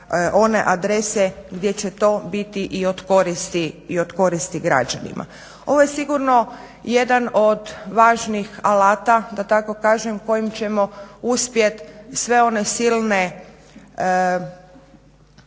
one adrese gdje će to biti i od koristi građanima. Ovo je sigurno jedan od važnih alata da tako kažem kojim ćemo uspjet sve one silne